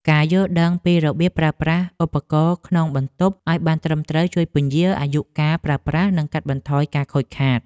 ការយល់ដឹងពីរបៀបប្រើប្រាស់ឧបករណ៍ក្នុងបន្ទប់ឱ្យបានត្រឹមត្រូវជួយពន្យារអាយុកាលប្រើប្រាស់និងកាត់បន្ថយការខូចខាត។